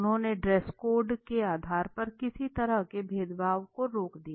उन्होंने dress code के आधार पर किसी तरह के भेदभाव को रोक दिया